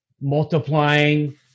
multiplying